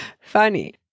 funny